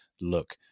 look